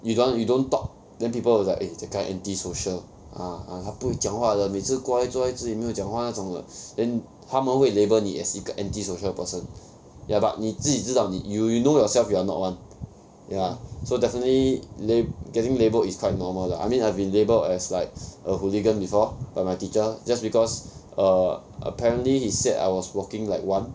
you don't want you don't talk then people will like eh that guy antisocial ah 他不会讲话的每次乖坐在这里没有讲话那种的 then 他们会 label 你 as 一个 antisocial person ya but 你自己知道你 you you know yourself you are not one ya so definitely lab~ getting labelled is quite normal lah I mean I've been labelled as like a hooligan before by my teacher just because err apparently he said I was walking like one